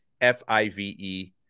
F-I-V-E